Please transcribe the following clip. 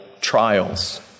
Trials